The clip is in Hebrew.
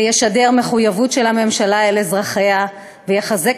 זה ישדר מחויבות של הממשלה לאזרחיה ויחזק